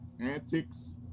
antics